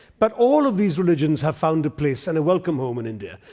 but all of these religions have found a place and a welcome home in india.